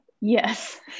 Yes